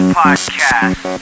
podcast